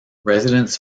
residents